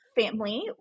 family